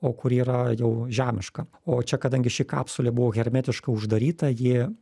o kuri yra jau žemiška o čia kadangi ši kapsulė buvo hermetiškai uždaryta ji